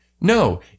No